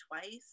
twice